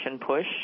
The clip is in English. push